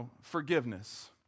forgiveness